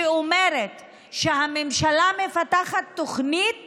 שאומרת שהממשלה מפתחת תוכנית